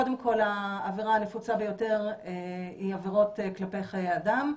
קודם כל העבירה הנפוצה ביותר היא עבירות כלפי חיי אדם,